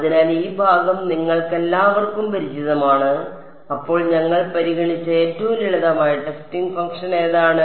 അതിനാൽ ഈ ഭാഗം നിങ്ങൾക്കെല്ലാവർക്കും പരിചിതമാണ് അപ്പോൾ ഞങ്ങൾ പരിഗണിച്ച ഏറ്റവും ലളിതമായ ടെസ്റ്റിംഗ് ഫംഗ്ഷൻ ഏതാണ്